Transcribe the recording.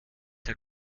herr